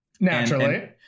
Naturally